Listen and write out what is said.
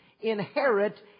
inherit